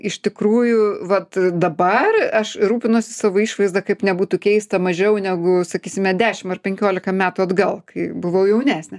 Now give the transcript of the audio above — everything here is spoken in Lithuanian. iš tikrųjų vat dabar aš rūpinuosi savo išvaizda kaip nebūtų keista mažiau negu sakysime dešim ar penkiolika metų atgal kai buvau jaunesnė